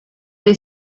des